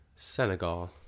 Senegal